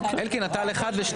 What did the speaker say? אתה לוקח בעלות על חברי הוועדה